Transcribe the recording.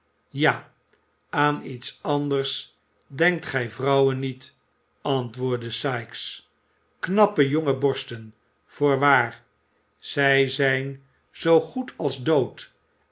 ja aan iets anders denkt gij vrouwen niet antwoordde sikes knappe jonge borsten voorwaar zij zijn zoo goed als dood